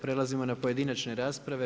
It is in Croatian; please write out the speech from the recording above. Prelazimo na pojedinačne rasprave.